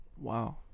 wow